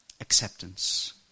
acceptance